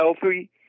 healthy